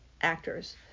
actors